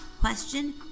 question